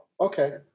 okay